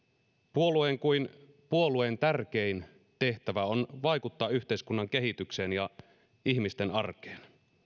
puolueen kuin puolueen tärkein tehtävä on vaikuttaa yhteiskunnan kehitykseen ja ihmisten arkeen